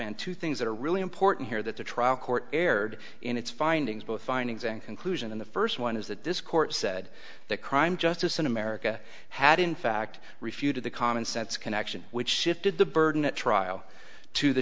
two things that are really important here that the trial court erred in its findings both findings and conclusion in the first one is that this court said that crime justice in america had in fact refuted the common sense connection which shifted the burden at trial to the